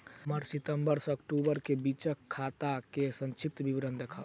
हमरा सितम्बर सँ अक्टूबर केँ बीचक खाता केँ संक्षिप्त विवरण देखाऊ?